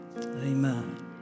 Amen